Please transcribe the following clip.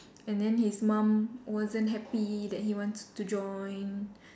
and then his mum wasn't happy that he wants to join